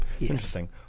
interesting